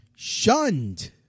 shunned